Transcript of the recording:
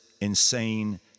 insane